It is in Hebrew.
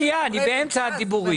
שנייה, אני באמצע הדיבורים.